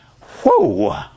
Whoa